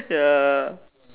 ya